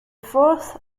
fourth